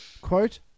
Quote